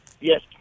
Yes